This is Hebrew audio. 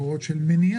ביקורות של מניעה.